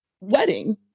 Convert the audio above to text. wedding